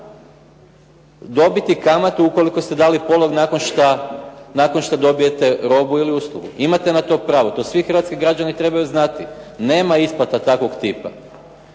dobiti kamatu ukoliko ste dali polog nakon što dobijete robu ili uslugu. Imate na to pravo, to svi hrvatski građani trebaju znati. Nema isplata takvog tipa.